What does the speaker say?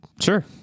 sure